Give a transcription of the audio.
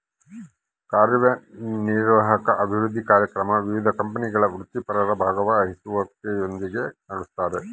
ಕಾರ್ಯನಿರ್ವಾಹಕ ಅಭಿವೃದ್ಧಿ ಕಾರ್ಯಕ್ರಮ ವಿವಿಧ ಕಂಪನಿಗಳ ವೃತ್ತಿಪರರ ಭಾಗವಹಿಸುವಿಕೆಯೊಂದಿಗೆ ನಡೆಸ್ತಾರ